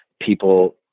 people